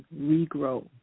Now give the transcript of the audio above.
regrow